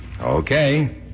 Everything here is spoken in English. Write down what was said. Okay